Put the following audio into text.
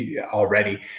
already